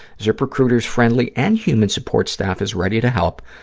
ziprecruiter's friendly and human support staff is ready to help,